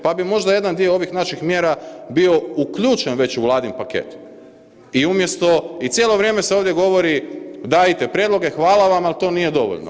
Pa bi možda jedan dio ovih naših mjera bio uključen već u Vladin paket i umjesto, i cijelo vrijeme se ovdje govorite, dajte prijedloge, hvala vam, ali to nije dovoljno.